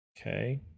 Okay